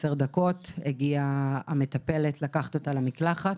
עשר דקות הגיעה המטפלת לקחת אותה למקלחת,